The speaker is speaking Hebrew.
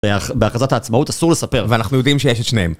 בהכרזת העצמאות אסור לספר ואנחנו יודעים שיש את שניהם